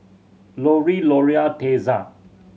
Loree Loria Tessa